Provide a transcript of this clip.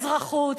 בחוק האזרחות,